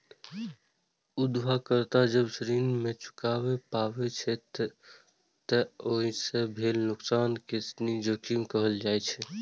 उधारकर्ता जब ऋण नै चुका पाबै छै, ते ओइ सं भेल नुकसान कें ऋण जोखिम कहल जाइ छै